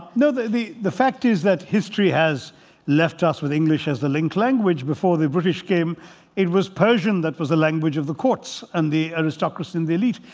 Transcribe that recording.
no, the the fact is that history has left us with english as the link language. before the british came it was persian that was the language of the courts. and the aristocracy and the elite.